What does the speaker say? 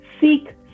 Seek